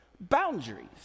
boundaries